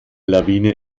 lawine